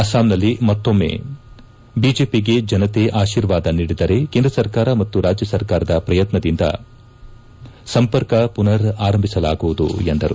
ಅಸ್ಲಾಂನಲ್ಲಿ ಮತ್ತೊಮ್ನೆ ಬಿಜೆಪಿಗೆ ಜನತೆ ಆಶೀರ್ವಾದ ನೀಡಿದರೆ ಕೇಂದ್ರ ಸರ್ಕಾರ ಮತ್ತು ರಾಜ್ಯ ಸರ್ಕಾರದ ಪ್ರಯತ್ನದಿಂದ ಸಂಪರ್ಕ ಪುನರ್ ಆರಂಭಿಸಲಾಗುವುದು ಎಂದರು